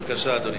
בבקשה, אדוני.